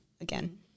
again